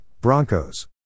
Broncos